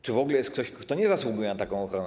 Czy w ogóle jest ktoś, kto nie zasługuje na taką ochronę?